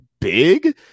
big